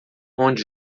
onde